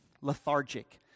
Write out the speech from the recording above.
lethargic